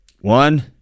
one